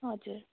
हजुर